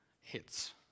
hits